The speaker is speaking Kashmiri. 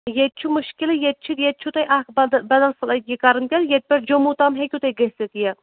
ییٚتہِ چھُ مُشکِلٕے ییٚتہِ چھُ ییٚتہِ چھُو تۅہہِ اَکھ بَد بَدل فِلای یہِ کَرٕنۍ تیٚلہِ ییٚتہِ پٮ۪ٹھ جموں تام ہیٚکِو تۅہہِ گٔژھِتھ یہِ